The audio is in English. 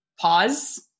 pause